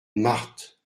marthe